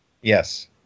Yes